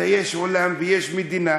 אלא יש עולם ויש מדינה